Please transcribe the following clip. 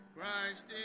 Christ